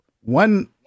One